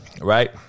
Right